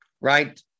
Right